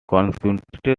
consequently